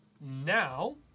now